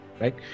right